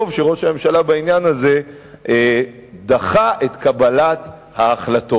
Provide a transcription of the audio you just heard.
טוב שראש הממשלה דחה בעניין הזה את קבלת ההחלטות.